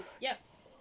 yes